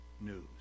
news